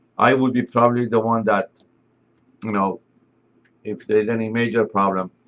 i will be probably the one that you know if there is any major problem,